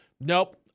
Nope